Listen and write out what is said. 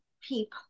people